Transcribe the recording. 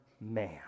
man